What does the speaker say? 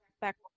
Back